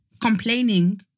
Complaining